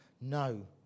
No